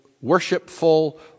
worshipful